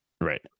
right